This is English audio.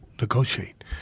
negotiate